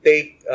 Take